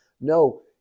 No